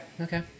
okay